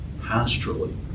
pastorally